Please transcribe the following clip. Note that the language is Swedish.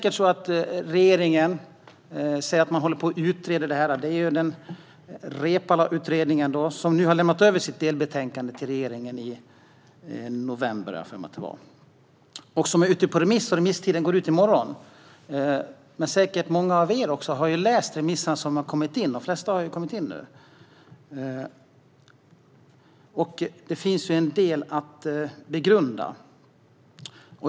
Regeringen hänvisar till Reepaluutredningen. Den överlämnade sitt delbetänkande till regeringen i november. Det är nu ute på remiss, och remisstiden går ut i morgon. Många har säkert läst de remisser som har kommit in, och det finns en del att begrunda.